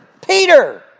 Peter